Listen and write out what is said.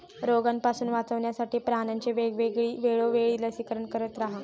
रोगापासून वाचवण्यासाठी प्राण्यांचे वेळोवेळी लसीकरण करत रहा